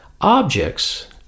objects